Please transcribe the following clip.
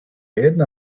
jedna